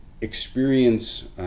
experience